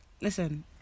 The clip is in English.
Listen